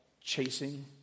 chasing